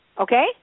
Okay